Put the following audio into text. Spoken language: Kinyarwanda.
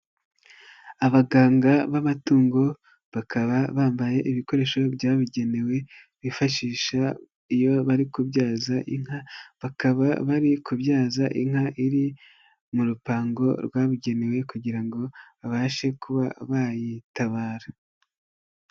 Abaganga b'amatungo, bakaba bambaye ibikoresho byabigenewe bifashisha iyo bari kubyaza inka, bakaba bari kubyaza inka iri mu rupango rwabugenewe kugira ngo babashe kuba bayitabara.